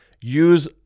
Use